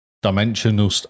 Dimensional